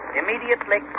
immediately